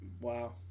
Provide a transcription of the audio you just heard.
wow